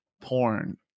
porn